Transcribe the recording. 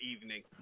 evening